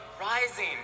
rising